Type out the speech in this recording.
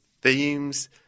themes